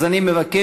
אז אני מבקש,